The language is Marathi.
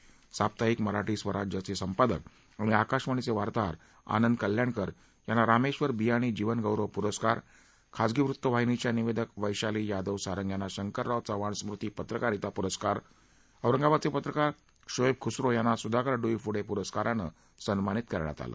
साप्ताहिक मराठी स्वराज्याचे संपादक आणि आकाशवाणीचे वार्ताहर आनंद कल्याणकर यांना रामेक्षर बियाणी जीवन गौरव पुरस्कार खाजगी वृत्त वाहिनीच्या निवेदक वैशाली यादव सारंग यांना शंकरराव चव्हाण स्मृती पत्रकारीता पुरस्कार औरंगाबादचे पत्रकार शोएब खुसरो यांना सुधाकर डोईफोडे पुरस्कारानं सन्मानित करण्यात आलं